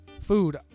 food